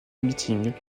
meetings